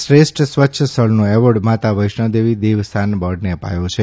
શ્રેષ્ઠ સ્વચ્છ સ્થળનો એવોર્ડ માતા વૈષ્ણોદેવી દેવસ્થાન બોર્ડને અપાયો છે